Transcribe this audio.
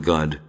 God